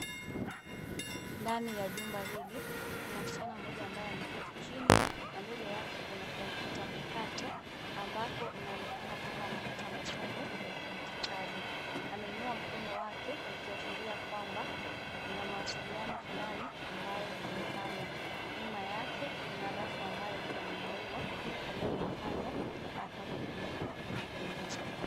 Ndani ya jumba hili kuna msichana mmoja ambaye ameketi chini na mbele yake kuna kompyuta mpakato ambapo inaonekana kwamba anapata masomo ya kidijitali. Ameinua mkono wake ikiashiria kwamba kuna mawasiliano fulani ambayo anafanya. Nyuma yake kuna rafu ambayo kuna maua ambayo inafanya hapa kuwe kunapendeza.